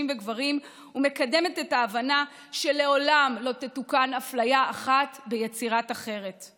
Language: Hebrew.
לגברים ומקדמת את ההבנה שלעולם לא תתוקן אפליה אחת ביצירת אחרת.